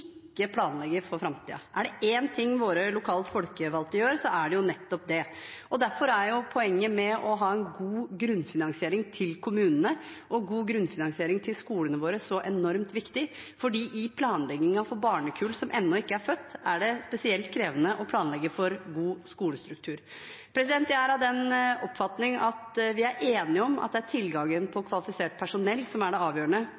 planlegger for framtiden. Er det én ting våre lokalt folkevalgte gjør, er det nettopp det. Derfor er poenget med å ha en god grunnfinansiering til kommunene og en god grunnfinansiering til skolene våre så enormt viktig, for i planleggingen for barnekull som ennå ikke er født, er det spesielt krevende å planlegge for en god skolestruktur. Jeg er av den oppfatning at vi er enige om at det er tilgangen på kvalifisert personell som er det avgjørende